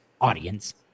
audience